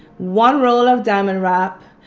one roll of diamond wrap,